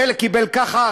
חלק קיבל ככה,